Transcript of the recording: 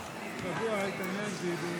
סליחה, 2012. אלקטרונית.